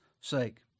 sake